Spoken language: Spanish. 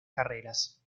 carreras